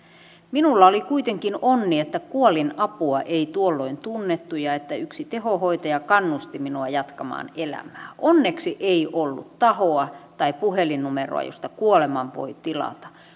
minulla oli kuitenkin onni että kuolinapua ei tuolloin tunnettu ja että yksi tehohoitaja kannusti minua jatkamaan elämää onneksi ei ollut tahoa tai puhelinnumeroa josta kuoleman voi tilata